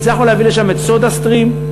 הצלחנו להביא לשם את "סודה סטרים",